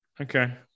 Okay